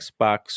Xbox